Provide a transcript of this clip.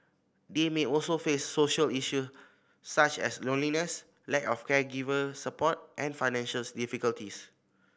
they may also face social issue such as loneliness lack of caregiver support and financials difficulties